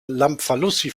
lamfalussy